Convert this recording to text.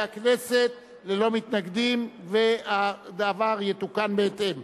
הכנסת ללא מתנגדים והדבר יתוקן בהתאם.